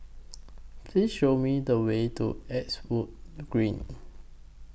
Please Show Me The Way to Eastwood Green